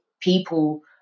people